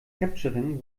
capturing